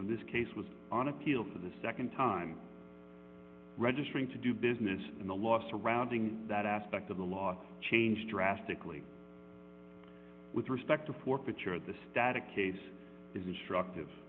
when this case was on appeal to the nd time registering to do business in the last surrounding that aspect of the law changed drastically with respect to forfeiture the static case is instruc